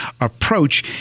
approach